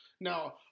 Now